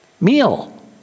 Meal